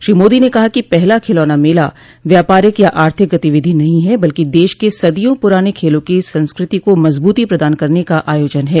श्री मोदी न कहा कि पहला खिलौना मेला व्यापारिक या आर्थिक गतिविधि नहीं है बल्कि देश के सदियों पुराने खेलों की संस्कृति को मजबूती प्रदान करने का आयोजन है